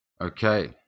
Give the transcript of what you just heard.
okay